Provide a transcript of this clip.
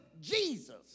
Jesus